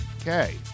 Okay